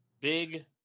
Big